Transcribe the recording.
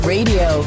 Radio